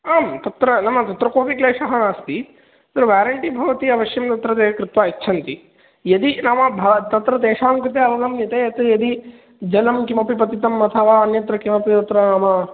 आं तत्र नाम तत्र कोपि क्लेशः नास्ति तत्र वेरेण्टि भवति अवश्यं तत्र ते कृत्वा यच्छन्ति यदि नाम भ तत्र तेषां कृते अवगम्यते यत् यदि जलं किमपि पतितम् अथवा अन्यत्र किमपि तत्र नाम